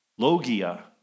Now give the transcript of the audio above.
Logia